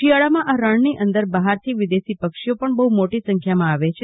શિયાળામાં આ રણની અંદર બહારથી વિદેશી પક્ષીઓ પણ બહુ મોટી સંખ્યામાં આવે છે